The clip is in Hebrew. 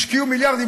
השקיעו מיליארדים,